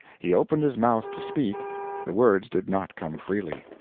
he opened his mouth to speak the words did not come freely.